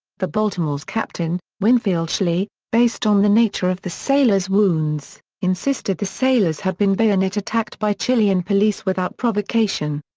the baltimore's captain, winfield schley, based on the nature of the sailors' wounds, insisted the sailors had been bayonet-attacked by chilean police without provocation.